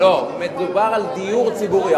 לא, מדובר על דיור ציבורי.